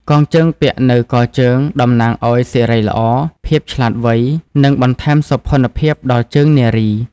កងជើងពាក់នៅកជើង តំណាងឱ្យសិរីល្អ ភាពឆ្លាតវៃ និងបន្ថែមសោភ័ណភាពដល់ជើងនារី។